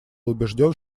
убежден